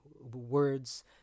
words